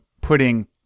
putting